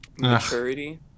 Maturity